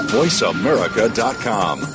voiceamerica.com